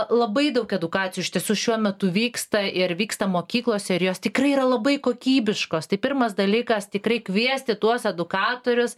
labai daug edukacijų iš tiesų šiuo metu vyksta ir vyksta mokyklose ir jos tikrai yra labai kokybiškos tai pirmas dalykas tikrai kviesti tuos edukatorius